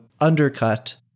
undercut